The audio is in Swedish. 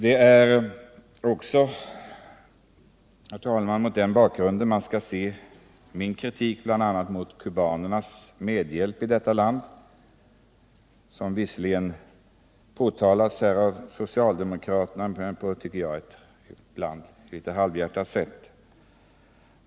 Det är mot den bakgrunden man skall se min kritik bl.a. mot kubanernas medhjälp i detta land. Den har visserligen påtalats av socialdemokraterna men på ett, tycker jag, litet halvhjärtat sätt.